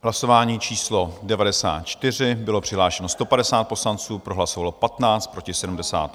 Hlasování číslo 94, bylo přihlášeno 150 poslanců, pro hlasovalo 15, proti 78.